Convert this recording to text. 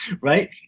Right